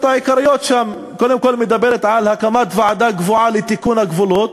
העיקריות שם קודם כול מדברת על הקמת ועדה קבועה לתיקון הגבולות,